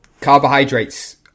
carbohydrates